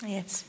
Yes